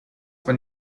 for